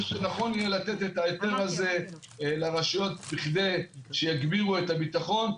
יהיה לתת את ההיתר הזה לרשויות בכדי שיגבירו את הביטחון.